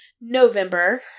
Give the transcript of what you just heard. November